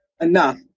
enough